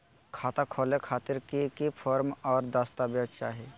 खाता खोले खातिर की की फॉर्म और दस्तावेज चाही?